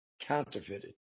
counterfeited